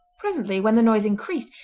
presently, when the noise increased,